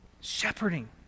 Shepherding